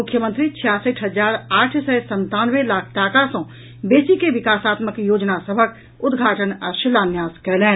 मुख्यमंत्री छियासठि हजार आठ सय संतानवे लाख टाका सॅ बेसी के विकासात्मक योजना सभक उद्घाटन आ शिलान्यास कयलनि